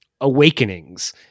Awakenings